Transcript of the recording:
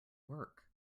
work